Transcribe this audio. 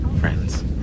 friends